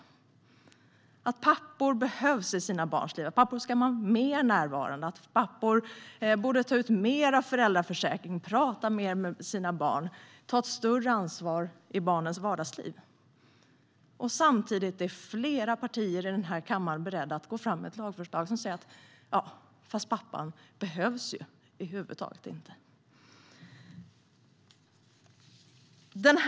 Då talar vi om att pappor behövs i sina barns liv, att pappor ska vara mer närvarande och att pappor borde ta ut mer föräldraförsäkring, prata mer med sina barn och ta ett större ansvar i barnens vardagsliv. Samtidigt är flera partier i denna kammare beredda att gå fram med ett lagförslag där det sägs att pappan över huvud taget inte behövs.